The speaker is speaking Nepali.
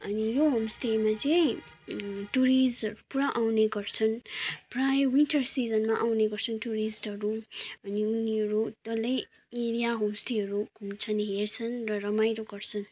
अनि यो होमस्टेमा चाहिँ टुरिस्टहरू पुरा आउने गर्छन् प्रायः विन्टर सिजनमा आउने गर्छन् टुरिस्टहरू अनि उनीहरू डल्लै एरिया होमस्टेहरू घुम्छन् हेर्छन् र रमाइलो गर्छन्